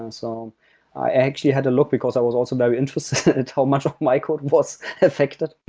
and so um i actually had to look because i was also very interested how much of my code was affected.